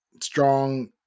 strong